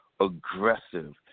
aggressive